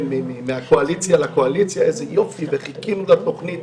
מהקואליציה לקואליציה איזה יופי וחיכינו לתוכנית.